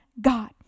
God